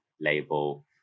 label